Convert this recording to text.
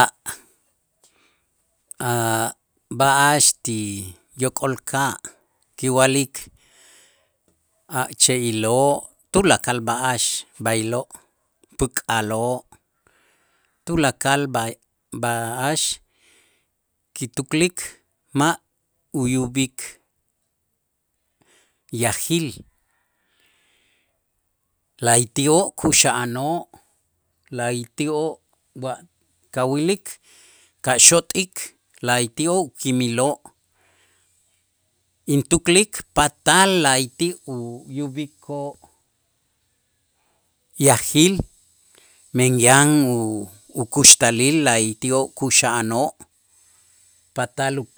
A' a b'a'ax ti yok'olka' kiwa'lik a' che'iloo' tulakal b'a'ax, b'aylo' päk'aloo' tulakal b'a- b'a'ax kituklik ma' uyub'ik yajil, la'ayti'oo' kuxa'anoo', la'ayti'oo' wa kawilik kaxot'ik la'ayti'oo' ukimiloo' intuklik patal la'ayti' uyub'ikoo' yajil, men yan u- ukuxtalil la'ayti'oo' kuxa'anoo' patal u-